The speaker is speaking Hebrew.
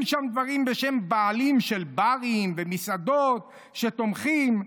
שם דברים בשם בעלים של ברים ומסעדות שתומכים.